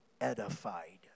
edified